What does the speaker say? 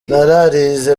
nararize